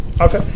Okay